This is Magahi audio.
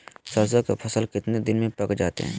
सरसों के फसल कितने दिन में पक जाते है?